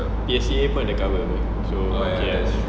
T_S_E_A pun ada cover so okay ah